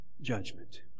judgment